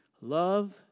Love